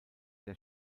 der